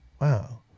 Wow